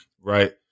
Right